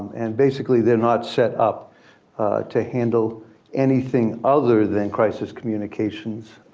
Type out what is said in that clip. and basically they're not set up to handle anything other than crisis communications